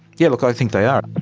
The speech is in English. yeah look, i think they are.